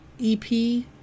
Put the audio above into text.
EP